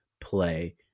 play